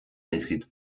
zaizkit